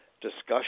discussion